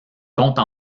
compte